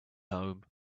home